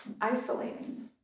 isolating